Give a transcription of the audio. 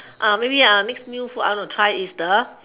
maybe next new food I want to try is